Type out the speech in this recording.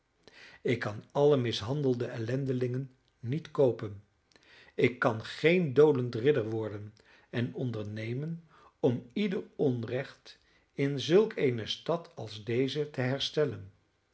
ik kan alle mishandelde ellendelingen niet koopen ik kan geen dolend ridder worden en ondernemen om ieder onrecht in zulk eene stad als deze te herstellen